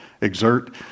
exert